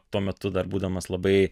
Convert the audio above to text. tuo metu dar būdamas labai